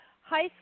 high